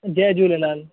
Jay Jhulelal